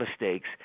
mistakes